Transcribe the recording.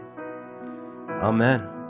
Amen